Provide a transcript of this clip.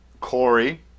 Corey